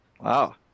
Wow